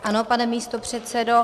Ano, pane místopředsedo.